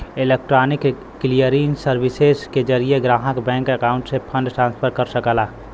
electronic clearing services के जरिये ग्राहक बैंक अकाउंट से फंड ट्रांसफर कर सकला